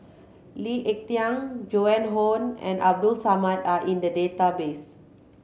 Lee Ek Tieng Joan Hon and Abdul Samad are in the database